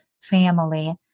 family